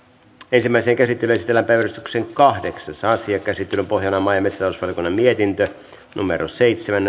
ensimmäiseen käsittelyyn esitellään päiväjärjestyksen kahdeksas asia käsittelyn pohjana on maa ja metsätalousvaliokunnan mietintö seitsemän